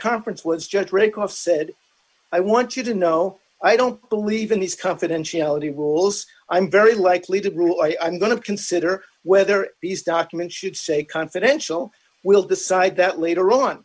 conference was judge rakoff said i want you to know i don't believe in these confidentiality rules i'm very likely to rule i'm going to consider whether these documents should say confidential we'll decide that later on